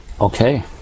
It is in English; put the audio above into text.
Okay